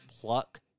pluck